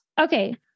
Okay